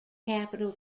capitol